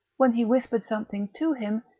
when he whispered something to him,